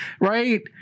right